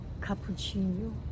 cappuccino